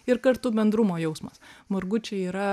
ir kartu bendrumo jausmas margučiai yra